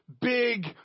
big